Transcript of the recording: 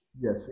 Yes